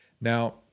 Now